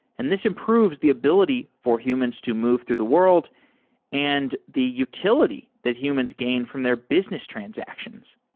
and this improves the ability for humans to move through the world and the utility that humans gain from their business transactions.